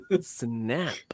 snap